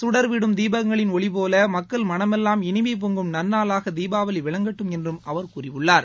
சுடர்விடும் தீபங்களின் ஒளிபோல மக்கள் மனமெல்லாம் இனிமை பொங்கும் நன்னாளாக தீபாவளி விளங்கட்டும் என்றும் அவர் கூறியுள்ளார்